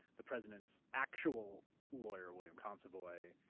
the president's actual lawyer, william consovoy,